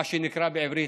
מה שנקרא בעברית,